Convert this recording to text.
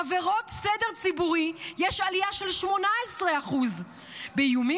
בעבירות סדר ציבורי יש עלייה 18% באיומים,